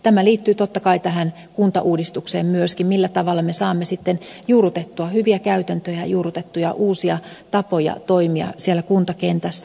tämä liittyy totta kai tähän kuntauudistukseen myöskin millä tavalla me saamme juurrutettua hyviä käytäntöjä ja juurrutettua uusia tapoja toimia siellä kuntakentässä